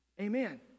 amen